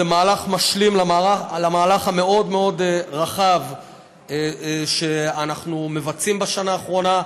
זה מהלך משלים למהלך המאוד-מאוד רחב שאנחנו מבצעים בשנה האחרונה.